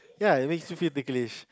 ya it makes you feel ticklish